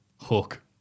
Hook